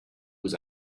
was